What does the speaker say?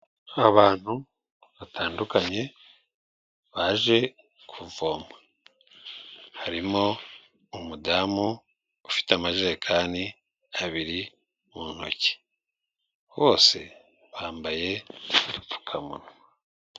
Abantu batandukanye baje kuvoma. Harimo umudamu ufite amajerekani abiri mu ntoki. Bose bambaye udupfukamunwa.